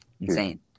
insane